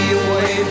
away